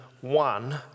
one